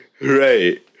Right